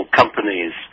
companies